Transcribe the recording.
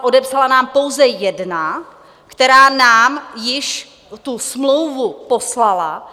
Odepsala nám pouze jedna, která nám již tu smlouvu poslala.